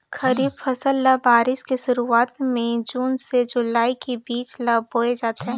खरीफ फसल ल बारिश के शुरुआत में जून से जुलाई के बीच ल बोए जाथे